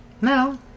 No